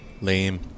Lame